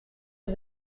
his